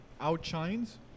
outshines